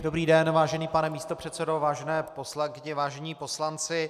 Dobrý den, vážený pane místopředsedo, vážené poslankyně, vážení poslanci.